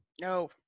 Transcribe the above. no